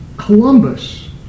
Columbus